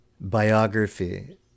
biography